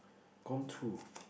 gone to